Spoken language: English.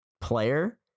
player